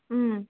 ओम